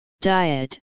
diet